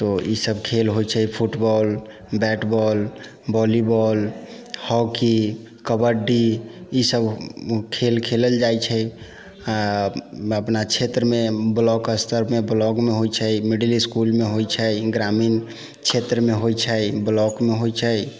तो इसब खेल होइ छै football bat ball volley ball hockey kabaddi इसब खेल खेलल जाइ छै अपना क्षेत्र मे ब्लाक स्तर मे ब्लाक मे होइ छै मिडल इसकुल मे होइ छै ग्रामीण क्षेत्र मे होइ छै ब्लाक मे होय छै